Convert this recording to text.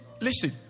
Listen